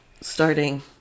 starting